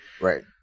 Right